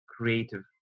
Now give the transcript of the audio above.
creative